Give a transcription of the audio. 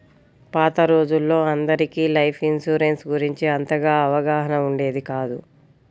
పాత రోజుల్లో అందరికీ లైఫ్ ఇన్సూరెన్స్ గురించి అంతగా అవగాహన ఉండేది కాదు